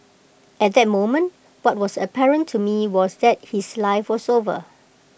at that moment what was apparent to me was that his life was over